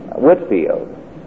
Whitfield